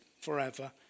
forever